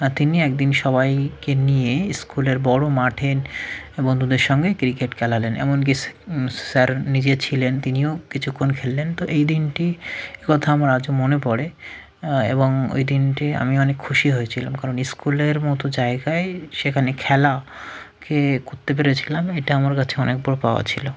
তিনি একদিন সবাইকে নিয়ে স্কুলের বড়ো মাঠে বন্ধুদের সঙ্গে কিরিকেট খেলালেন এমনকি স স্যার নিজে ছিলেন তিনিও কিছুক্ষণ খেললেন তো এই দিনটির কথা আমার আজও মনে পড়ে এবং ওই দিনটি আমি অনেক খুশি হয়েছিলাম কারণ স্কুলের মতো জায়গায় সেখানে খেলা কে করতে পেরেছিলাম এটা আমার কাছে অনেক বড়ো পাওয়া ছিল